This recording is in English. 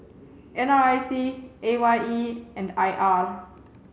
N R I C A Y E and I R